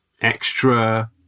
extra